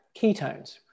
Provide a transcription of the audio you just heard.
ketones